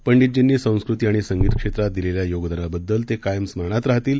पंडितजींनी संस्कृतीआणिसंगीतक्षेत्रातदिलेल्यायोगदानाबद्दलतेकायमस्मरणातराहतील